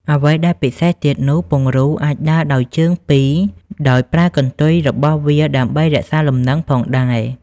អ្វីដែលពិសេសទៀតនោះ ពង្រូលអាចដើរដោយជើងពីរ ដោយប្រើកន្ទុយរបស់វាដើម្បីរក្សាលំនឹងផងដែរ។